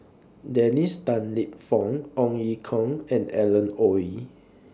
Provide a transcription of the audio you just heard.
Dennis Tan Lip Fong Ong Ye Kung and Alan Oei